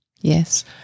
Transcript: Yes